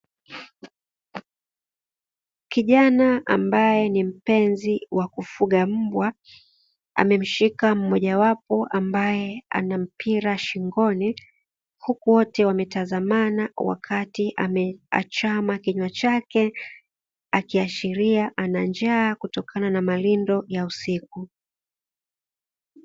Kijana ambaye ni mpenzi wa kufuga mbwa amemshika mmoja wapo ambaye ana mpira shingoni, huku wote wametazamana wakati ameachama kinywa chake akiashiria ana njaa kutokana na mawindo ya usiku.